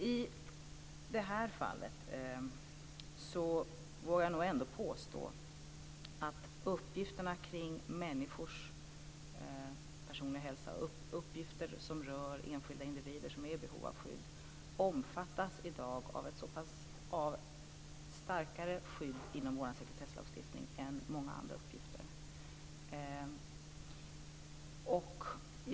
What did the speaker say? I det här fallet vågar jag nog påstå att uppgifterna kring människors personliga hälsa och uppgifter som rör enskilda individer som är i behov av skydd i dag omfattas av starkare skydd inom vår sekretesslagstiftning än många andra uppgifter.